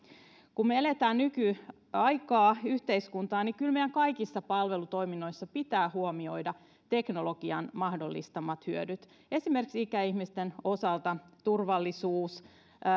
kun me elämme nykyaikaa yhteiskuntaa niin kyllä meidän kaikissa palvelutoiminnoissa pitää huomioida teknologian mahdollistamat hyödyt esimerkiksi ikäihmisten osalta turvallisuus